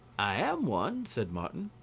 i am one, said martin.